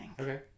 Okay